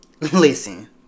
Listen